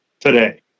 today